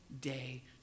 day